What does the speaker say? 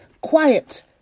Quiet